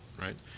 right